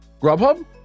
GrubHub